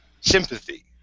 sympathy